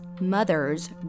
mother's